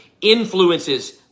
influences